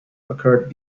occurred